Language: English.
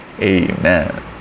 amen